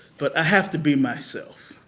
but i have to be myself.